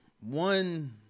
one